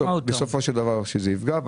שבסופו של דבר הוא יפגע.